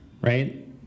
right